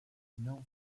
known